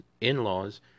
in-laws